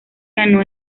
ganó